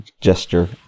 Gesture